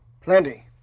Plenty